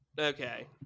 Okay